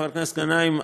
חבר הכנסת גנאים,